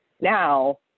now